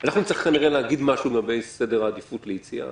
אנחנו נצטרך כנראה להגיד משהו לגבי סדר העדיפות ליציאה.